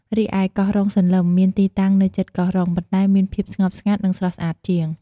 រីឯ កោះរុងសន្លឹម មានទីតាំងនៅជិតកោះរុង ប៉ុន្តែមានភាពស្ងប់ស្ងាត់ និងស្រស់ស្អាតជាង។